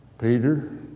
Peter